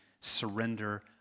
surrender